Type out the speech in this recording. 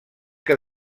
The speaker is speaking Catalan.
que